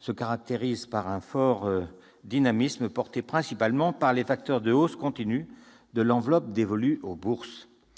se caractérisent par un fort dynamisme, porté principalement par les facteurs de hausse continue de l'enveloppe dévolue aux bourses.